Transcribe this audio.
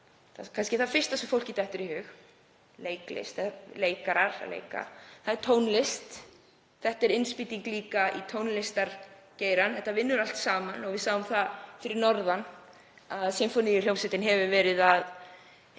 kannski það fyrsta sem fólki dettur í hug; leiklist, leikarar. Það er tónlist. Þetta er líka innspýting í tónlistargeirann. Þetta vinnur allt saman. Við sáum það fyrir norðan að Sinfóníuhljómsveitin hefur verið að